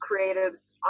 creatives